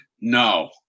no